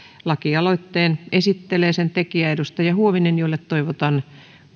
lakialoitteen esittelee sen tekijä edustaja huovinen jolle toivotan